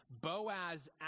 Boaz